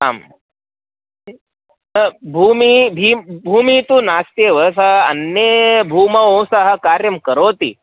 आम् भूमिः भ भूमिः तु नास्त्येव सः अन्य भूमौ सः कार्यं करोति